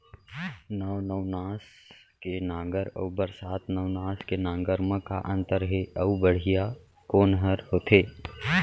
नौ नवनास के नांगर अऊ बरसात नवनास के नांगर मा का अन्तर हे अऊ बढ़िया कोन हर होथे?